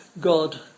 God